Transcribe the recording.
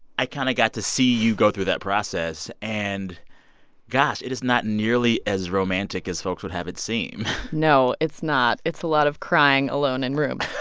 i kind of got to see you go through that process. and gosh, it is not nearly as romantic as folks would have it seem no, it's not. it's a lot of crying alone in rooms